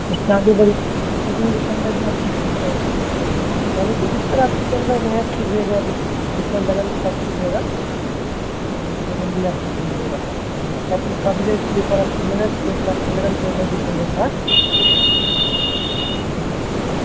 ہفتے آٹھ دن کے اندر بھی آپ سیکھ سکتے ہیں یعنی کہ جس طرح آپ کے اندر محنت کیجیے گا جتنا لگن کے ساتھ کیجیے گا لگن کے ساتھ آپ سیکھ لیجیے گا آپ کی قابلیت کے اوپر آپ کی محنت کے اوپر آپ کے لگن کے اوپر ڈپینڈ رہتا ہے